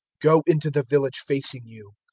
go into the village facing you.